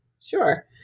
Sure